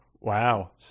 Wow